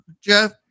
Jeff